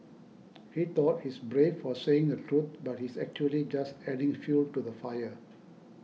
he thought he's brave for saying the truth but he's actually just adding fuel to the fire